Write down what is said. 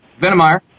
Venemeyer